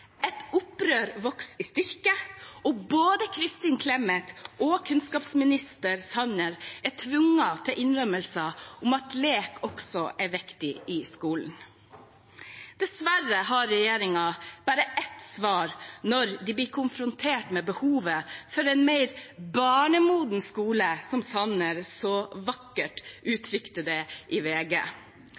Et opprør vokser i styrke. Både Kristin Clemet og kunnskapsminister Sanner er tvunget til innrømmelser om at lek også er viktig i skolen. Dessverre har regjeringen bare ett svar når de blir konfrontert med behovet for en mer barnemoden skole, som Sanner så vakkert uttrykte det i